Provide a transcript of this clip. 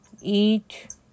Eat